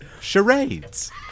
Charades